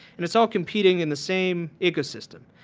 and it's ah competing in the same ecosystem.